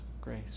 grace